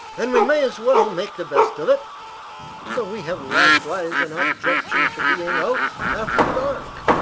and we may as well make the best of it but we have likewise an objection to being out after dark.